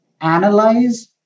analyze